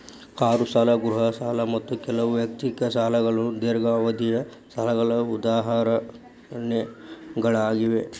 car ಸಾಲ ಗೃಹ ಸಾಲ ಮತ್ತ ಕೆಲವು ವೈಯಕ್ತಿಕ ಸಾಲಗಳು ದೇರ್ಘಾವಧಿಯ ಸಾಲಗಳ ಉದಾಹರಣೆಗಳಾಗ್ಯಾವ